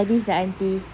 ya this the aunty